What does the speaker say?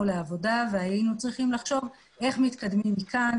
לעבודה והיינו צריכים לחשוב איך מתקדמים מכאן,